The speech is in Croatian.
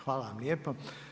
Hvala vam lijepo.